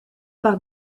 par